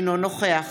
אינו נוכח